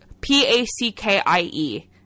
p-a-c-k-i-e